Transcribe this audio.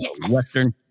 Western